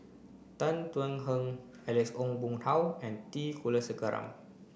Tan Thuan Heng Alex Ong Boon Hau and T Kulasekaram